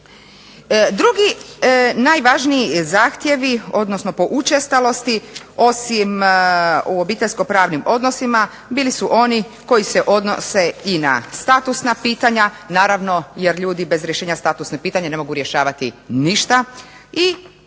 Drugi najvažniji zahtjevi, odnosno po učestalosti, osim u obiteljsko-pravnim odnosima bili su oni koji se odnose i na statusna pitanja, naravno jer ljudi bez rješenja statusnih pitanja ne mogu rješavati ništa, i